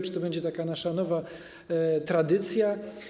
Czy to będzie taka nasza nowa tradycja?